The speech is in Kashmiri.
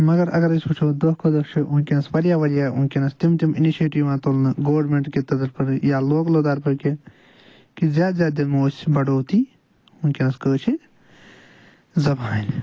مگر اگر أسۍ وٕچھو دۄہ دۄہ کھۄتہٕ چھُ وٕنکٮ۪نس واریاہ واریاہ وٕنکٮ۪نس تِم تِم انشیٹِو یِوان تُلنہٕ گورمینٹ کہِ طرفہٕ یا لوکلہٕ طرفہٕ تہِ کہِ زیادٕ زیادٕ دِمو أسۍ بڑوتی وٕنکٮ۪نس کٲشرِ زبانہِ